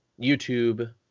YouTube